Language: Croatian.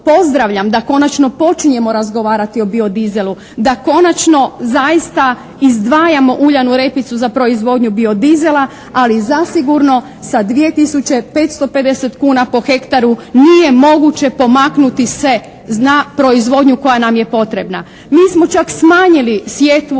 da konačno počinjemo razgovarati o biodizelu, da konačno zaista izdvajamo uljanu repicu za proizvodnju biodizela, ali zasigurno sa 2 tisuće 550 kuna po hektaru nije moguće pomaknuti se za proizvodnju koja nam je potrebna. Mi smo čak smanjili sjetvu